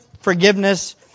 forgiveness